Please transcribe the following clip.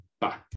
Bye